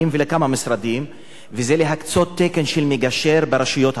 משרדים להקצות תקן של מגשר ברשויות הערביות.